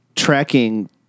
tracking